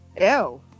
Ew